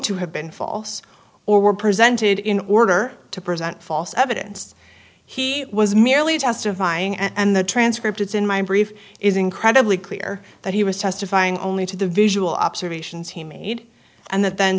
to have been false or were presented in order to present false evidence he was merely testifying and the transcript it's in my brief is incredibly clear that he was testifying only to the visual observations he made and that then